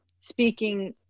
speaking